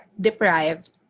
deprived